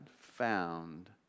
found